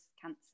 cancer